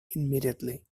immediately